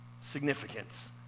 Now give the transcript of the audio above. significance